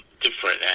different